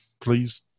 please